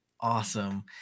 Awesome